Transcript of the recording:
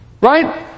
Right